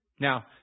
Now